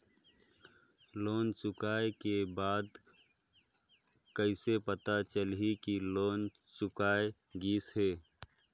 Loan चुकाय के बाद कइसे पता चलही कि लोन चुकाय गिस है?